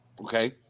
Okay